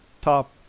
top